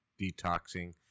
detoxing